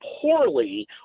poorly